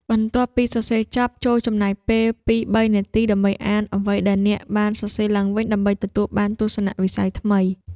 បន្ទាប់ពីសរសេរចប់ ចូរចំណាយពេលពីរបីនាទីដើម្បីអានអ្វីដែលអ្នកបានសរសេរឡើងវិញ ដើម្បីទទួលបានទស្សនវិស័យថ្មី។